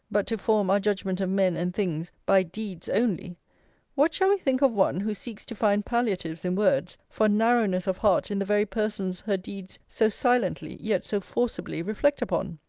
but to form our judgment of men and things by deeds only what shall we think of one, who seeks to find palliatives in words, for narrowness of heart in the very persons her deeds so silently, yet so forcibly, reflect upon?